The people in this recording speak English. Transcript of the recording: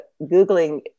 Googling